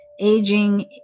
aging